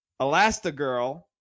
Elastigirl